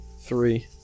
Three